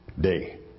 day